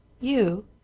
You